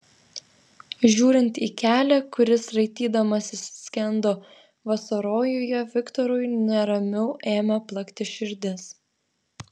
žiūrint į kelią kuris raitydamasis skendo vasarojuje viktorui neramiau ėmė plakti širdis